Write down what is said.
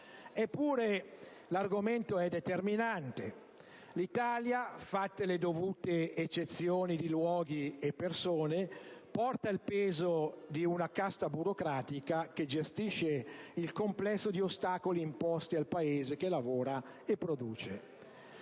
Eppure l'argomento è determinante. L'Italia, fatte le dovute eccezioni di luoghi e persone, porta il peso di una casta burocratica che gestisce il complesso di ostacoli imposti al Paese che lavora e produce.